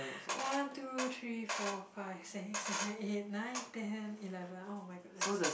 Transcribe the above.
one two three four five six seven eight nine ten eleven [oh]-my-goodness